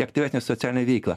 aktyvesnę socialinę veiklą